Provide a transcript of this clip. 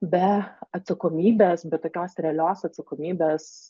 be atsakomybės bet tokios realios atsakomybės